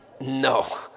No